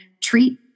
treat